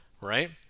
Right